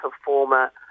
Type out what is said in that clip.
performer